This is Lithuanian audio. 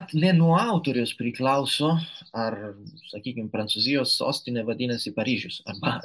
ne nuo autoriaus priklauso ar sakykim prancūzijos sostinė vadinasi paryžius arba